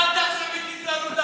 מה אתה, על זה,